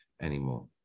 anymore